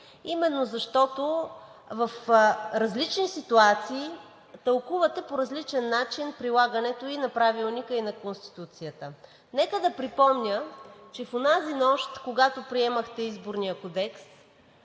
именно защото в различни ситуации тълкувате по различен начин прилагането и на Правилника, и на Конституцията. Нека да припомня, че в онази нощ, когато приемахте Изборния кодекс,